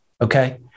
Okay